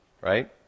right